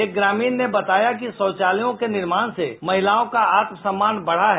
एक ग्रामीण ने बताया कि शौचालयो के निर्माण से महिलाओं का आत्मसम्मान बढा है